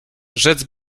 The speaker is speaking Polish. rzec